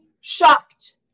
shocked